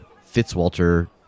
Fitzwalter